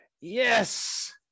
Yes